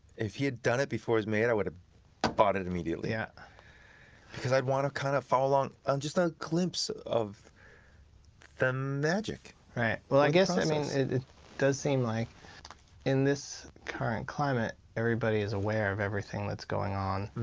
if he had done it before it was made, i would have ah bought it it immediately. yeah because i'd want to kind of follow along um just a glimpse of the magic. right, well, i guess i mean, it does seem like in this current climate, everybody is aware of everything that's going on.